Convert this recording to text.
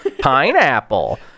pineapple